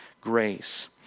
grace